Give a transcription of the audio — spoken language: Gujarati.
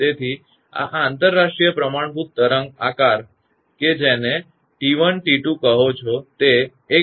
તેથી આ આંતરરાષ્ટ્રીય પ્રમાણભૂત તરંગ આકાર છે જેને તમે 𝑇1×𝑇2 કહો છો તે 1